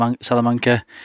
Salamanca